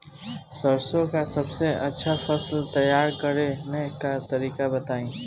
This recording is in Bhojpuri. सरसों का सबसे अच्छा फसल तैयार करने का तरीका बताई